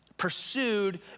pursued